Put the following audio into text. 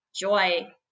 joy